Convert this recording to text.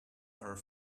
are